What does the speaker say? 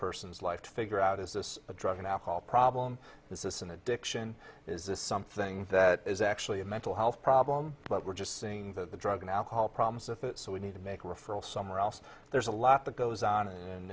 person's life to figure out is this a drug and alcohol problem this is an addiction is this something that is actually a mental health problem but we're just seeing the drug and alcohol problems with it so we need to make a referral somewhere else there's a lot that goes on an